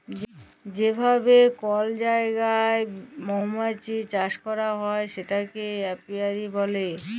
যে ভাবে কল জায়গায় মমাছির চাষ ক্যরা হ্যয় সেটাকে অপিয়ারী ব্যলে